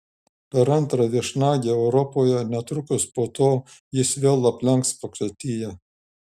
per antrą viešnagę europoje netrukus po to jis vėl aplenks vokietiją